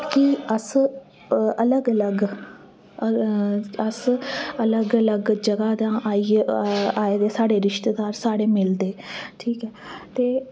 की अस अलग अलग जगह दा आये दे साढ़े रिशतेदार असेंगी मिलदे ठीक ऐ ते